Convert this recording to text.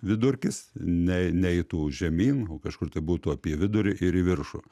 vidurkis nei neitų žemyn kažkur tai būtų apie vidurį ir į viršų